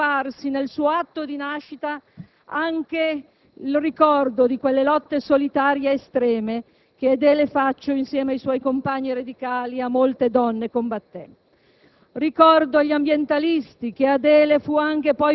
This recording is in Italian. porta però nella sua genesi, nel suo farsi, nel suo atto di nascita, anche il ricordo di quelle lotte solitarie estreme che Adele Faccio, insieme ai suoi compagni radicali e a molte donne, combatté.